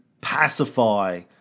pacify